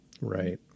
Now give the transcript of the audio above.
Right